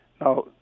Now